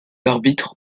arbitres